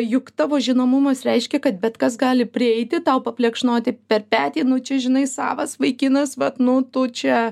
juk tavo žinomumas reiškia kad bet kas gali prieiti tau paplekšnoti per petį nu čia žinai savas vaikinas vat nu tu čia